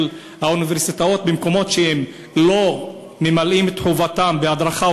האוניברסיטאות במקומות שהן לא ממלאות את חובתן בהדרכה,